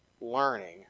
learning